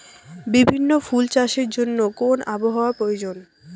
বিভিন্ন ফুল চাষের জন্য কোন আবহাওয়ার প্রয়োজন?